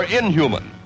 inhuman